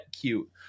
cute